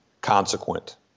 consequent